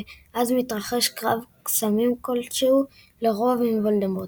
ואז מתרחש קרב קסמים כלשהו, לרוב עם וולדמורט.